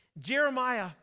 Jeremiah